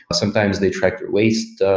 sometimes they track their waste,